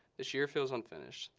this year feels unfinished.